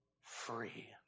free